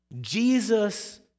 Jesus